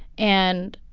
and,